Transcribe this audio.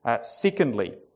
Secondly